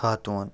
خاتوٗن